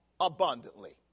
abundantly